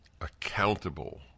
Accountable